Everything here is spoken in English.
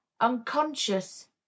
unconscious